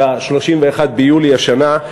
ב-31 ביולי השנה,